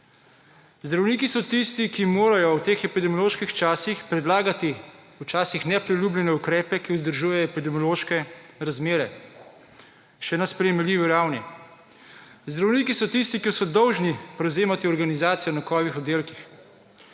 Zdravniki so tisti, ki morajo v teh epidemioloških časih predlagati včasih nepriljubljene ukrepe, ki vzdržuje epidemiološke razmere še na sprejemljivi ravni. Zdravniki so tisti, ki so dolžni prevzemati organizacijo na covid oddelkih.